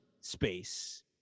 space